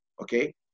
Okay